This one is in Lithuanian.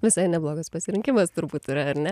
visai neblogas pasirinkimas turbūt yra ar ne